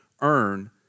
earn